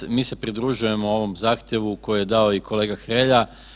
Ja se, mi se pridružujemo ovom zahtjevu koji je dao i kolega Hrelja.